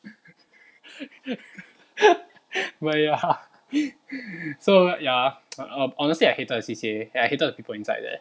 but ya so ya err honestly I hated the C_C_A and I hated the people inside there